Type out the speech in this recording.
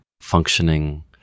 functioning